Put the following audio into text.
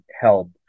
help